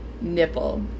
nipple